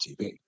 TV